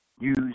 use